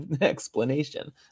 explanation